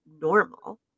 normal